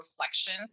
reflection